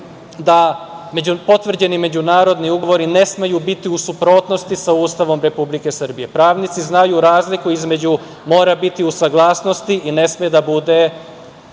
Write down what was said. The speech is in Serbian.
da potvrđeni međunarodni ugovori ne smeju biti u suprotnosti sa Ustavom Republike Srbije. Pravnici znaju razliku između mora biti u saglasnosti i ne sme da bude